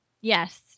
Yes